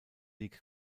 league